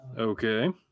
Okay